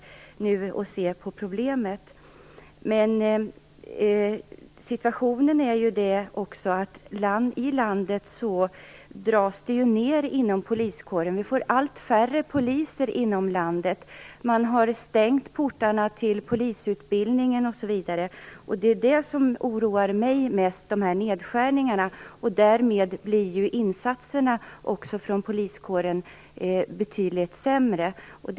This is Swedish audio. Situationen är ju sådan här i landet att det dras ned inom poliskåren. Vi får allt färre poliser. Man har stängt portarna till polisutbildningen osv. Insatserna från poliskåren blir ju därmed betydligt sämre. Det är det som oroar mig mest.